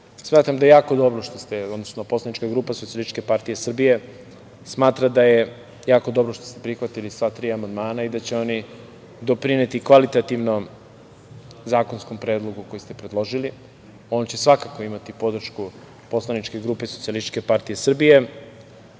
samo nekoliko rečenica. Najpre, poslanička grupa Socijalističke partije Srbije smatra da je jako dobro što ste prihvatili sva tri amandmana i da će oni doprineti kvalitativnom zakonskom predlogu koji ste predložili. On će svakako imati podršku poslaničke grupe Socijalističke partije Srbije. Ja